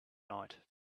night